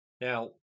Now